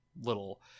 little